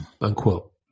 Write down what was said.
Unquote